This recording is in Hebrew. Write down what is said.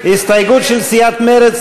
הסתייגות של קבוצת סיעת מרצ,